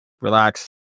relax